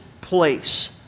place